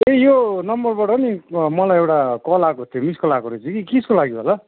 ए यो नम्बरबाट नि मलाई एउटा कल आएको थियो मिस्ड कल आएको रहेछ कि कसको लागि होला